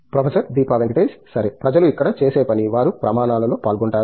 professor Deepa Venkatesh సరే ప్రజలు ఇక్కడ చేసే పని వారు ప్రమాణాలలో పాల్గొంటారు